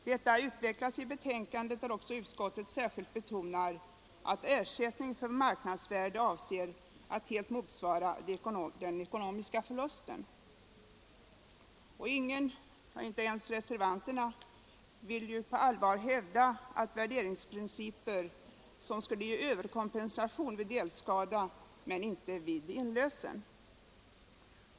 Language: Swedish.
Detta utvecklas i betänkandet, där utskottet särskilt betonar att ersättning för marknadsvärde avser att helt motsvara den ekonomiska förlusten. Ingen — inte ens reservanter na — vill ju på allvar hävda värderingsprinciper som skulle ge överkompensation vid delskada men inte vid inlösen.